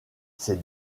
ces